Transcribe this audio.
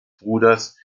bruders